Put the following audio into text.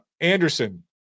Anderson